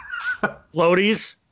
floaties